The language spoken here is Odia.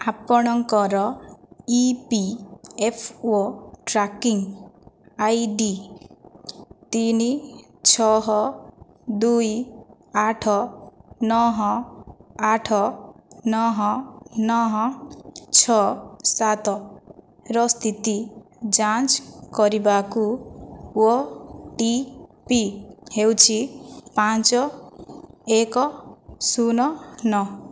ଆପଣଙ୍କର E P F O tracking I D ତିନି ଛଅ ଦୁଇ ଆଠ ନଅ ଆଠ ନଅ ନଅ ଛଅ ସାତର ସ୍ଥିତି ଯାଞ୍ଚ କରିବାକୁ ଓ ଟି ପି ହେଉଛି ପାଞ୍ଚ ଏକ ଶୂନ ନଅ